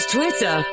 Twitter